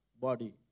body